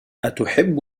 أتحب